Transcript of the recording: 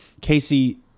Casey